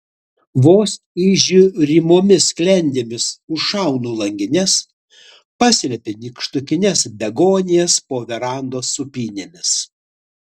vos įžiūrimomis sklendėmis užšaunu langines paslepiu nykštukines begonijas po verandos sūpynėmis